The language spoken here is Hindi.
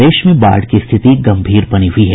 प्रदेश में बाढ़ की रिथिति गम्भीर बनी हुई है